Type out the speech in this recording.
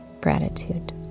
gratitude